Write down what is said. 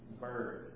bird